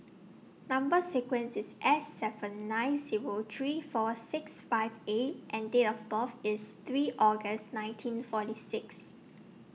Number sequence IS S seven nine Zero three four six five A and Date of birth IS three August nineteen forty six